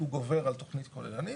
הוא גובר על תכנית כוללנית.